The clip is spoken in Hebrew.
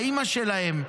לאימא שלהם,